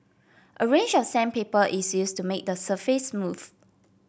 a range of sandpaper is used to make the surface smooth